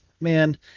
man